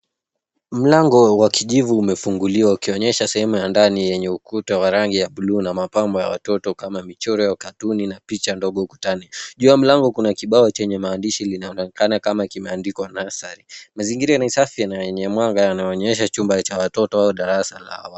Mlango wa kijuvu umefunguliwa ukionyesha sehemu ya ndani yenye ukuta wa rangi ya buluu na mapambo ya watoto kama michoro ya katuni na picha ndogo ukutani. Juu ya mlango kuna kibao chenye maandishi linaonekana kama kimeandikwa nursery . Mazingira ni safi na yenye mwanga yanayoonyesha chumba cha watoto au darasa lao.